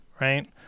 right